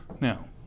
Now